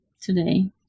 today